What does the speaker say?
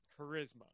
charisma